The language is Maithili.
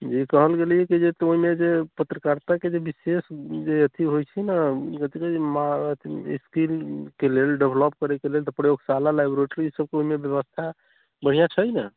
जी कहल गेलैहँ जे तू ओहिमे पत्रकारिताके जे विशेष जे अथी होइ छै ने कथी कहै छै स्किलके लेल डेवलप करैके लेल तऽ प्रयोगशाला लेबोरेट्री ई सबके ओहिमे बेबस्था बढ़िआँ छै ने